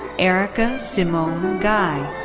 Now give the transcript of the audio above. erika simone guy.